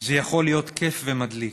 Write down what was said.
זה יכול להיות כיף ומדליק.